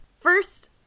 first